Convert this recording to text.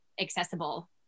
accessible